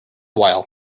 while